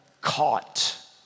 caught